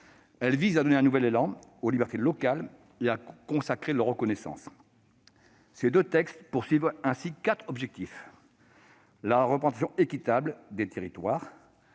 Elles visent à donner un nouvel élan aux libertés locales et à consacrer leur reconnaissance. Ces deux textes visent ainsi quatre objectifs : la représentation équitable des territoires,